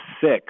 six